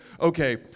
okay